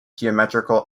geometrical